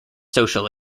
social